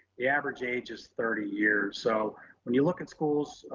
the average age is thirty years. so when you look at schools,